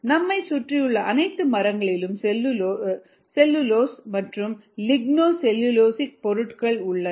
நம்மை சுற்றியுள்ள அனைத்து மரங்களிலும் செல்லுலோஸ் மற்றும் லிக்னோ செல்லுலோசிக் பொருட்கள் உள்ளன